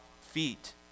feet